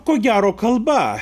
ko gero kalba